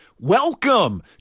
welcome